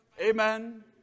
Amen